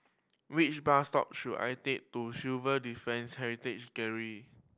which bus stop should I take to Defence Heritage Gallery